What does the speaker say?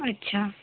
अच्छा